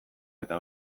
eta